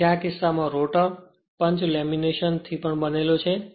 તેથી આ કિસ્સામાં રોટર પંચ્ડ લેમિનેશન થી પણ બનેલો છે